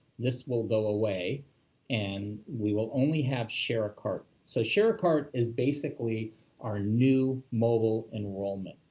this will go away and we will only have share-a-cart. so share-a-cart is basically our new mobile enrollment.